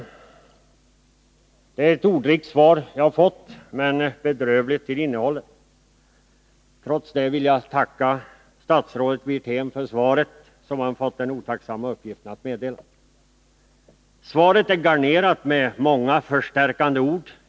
Jag har fått ett ordrikt svar, men det är bedrövligt till innehållet. Trots detta vill jag tacka statsrådet Wirtén för svaret, som han fått den otacksamma uppgiften att meddela. Svaret är garnerat med många förstärkande ord.